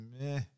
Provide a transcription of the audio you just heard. meh